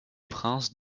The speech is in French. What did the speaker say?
princes